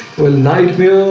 well nightmare,